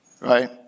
right